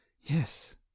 Yes